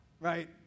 Right